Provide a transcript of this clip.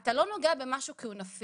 אתה לא נוגע במשהו כי הוא נפיץ.